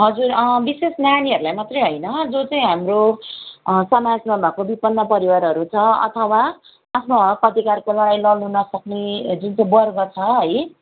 हजुर विशेष नानीहरूलाई मात्र होइन जो चाहिँ हाम्रो समाजमा भएको बिपन्न परिवारहरू छ अथवा आफ्नो हक अधिकारको लडाईँ लड्नु नसक्ने जुन चाहिँ वर्ग छ है